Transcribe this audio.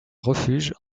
refuge